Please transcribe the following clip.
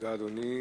תל-אביב.